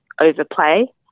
overplay